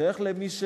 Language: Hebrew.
שייך למי,